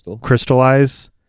crystallize